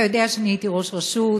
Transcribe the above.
אתה יודע שאני הייתי ראש רשות,